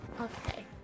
Okay